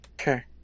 Okay